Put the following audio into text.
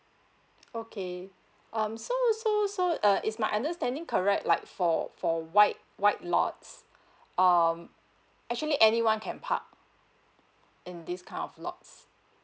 okay um so so so uh is my understanding correct like for for white white lots um actually anyone can park in this kind of lots